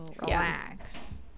Relax